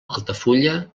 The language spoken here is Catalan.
altafulla